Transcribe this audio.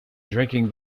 drinking